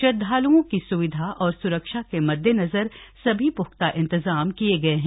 श्रद्वालुओं की सुविधा और सुरक्षा के मद्देनजर सभी पुख्ता इंतजाम किए गए हैं